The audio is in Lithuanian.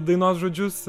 dainos žodžius